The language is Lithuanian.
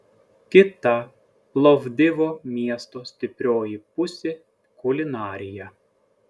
kita plovdivo miesto stiprioji pusė kulinarija